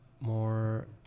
more